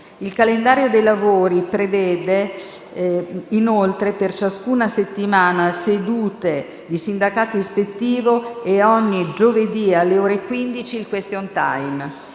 Il calendario dei lavori prevede inoltre, per ciascuna settimana, sedute di sindacato ispettivo e, ogni giovedì alle ore 15, il *question time*.